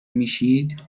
میشید